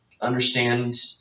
understand